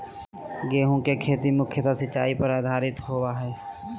गेहूँ के खेती मुख्यत सिंचाई पर आधारित होबा हइ